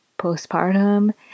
postpartum